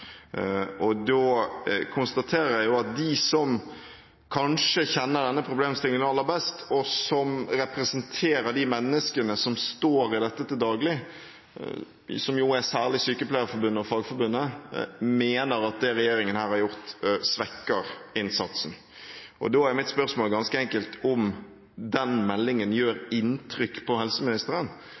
Da konstaterer jeg også at de som kanskje kjenner denne problemstillingen aller best, og som representerer de menneskene som står i dette til daglig – det er særlig Sykepleierforbundet og Fagforbundet – mener at det regjeringen her har gjort, svekker innsatsen. Da er mitt spørsmål ganske enkelt om den meldingen gjør inntrykk på helseministeren,